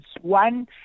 one